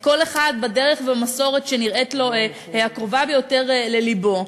כל אחד בדרך ובמסורת שנראית לו הקרובה ביותר ללבו.